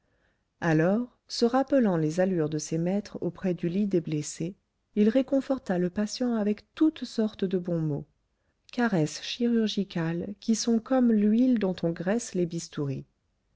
alors se rappelant les allures de ses maîtres auprès du lit des blessés il réconforta le patient avec toutes sortes de bons mots caresses chirurgicales qui sont comme l'huile dont on graisse les bistouris